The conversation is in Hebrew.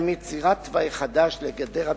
גם יצירת תוואי חדש לגדר הביטחון,